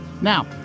Now